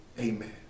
Amen